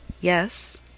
Yes